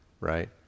right